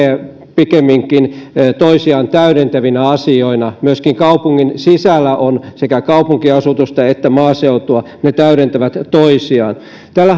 pikemminkin toisiaan täydentävinä asioina myöskin kaupungin sisällä on sekä kaupunkiasutusta että maaseutua ja ne täydentävät toisiaan tällä